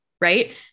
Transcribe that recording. Right